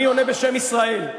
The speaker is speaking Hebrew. אני עונה בשם ישראל.